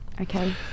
Okay